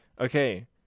Okay